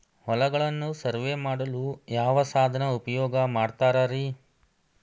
ಹೊಲಗಳನ್ನು ಸರ್ವೇ ಮಾಡಲು ಯಾವ ಸಾಧನ ಉಪಯೋಗ ಮಾಡ್ತಾರ ರಿ?